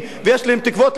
ואתה אומר להם: מה שלקחנו,